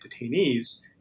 detainees